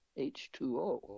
H2O